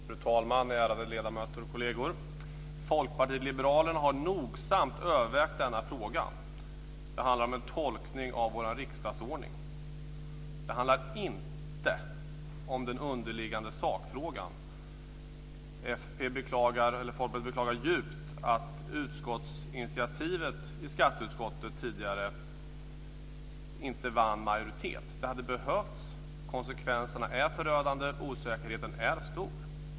Fru talman, ärade ledamöter och kollegor! Folkpartiet liberalerna har nogsamt övervägt denna fråga. Det handlar om en tolkning av vår riksdagsordning. Det handlar inte om den underliggande sakfrågan. Folkpartiet beklagar djupt att utskottsinitiativet i skatteutskottet tidigare inte vann majoritet. Det hade behövts. Konsekvenserna är förödande. Osäkerheten är stor.